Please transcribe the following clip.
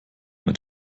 mit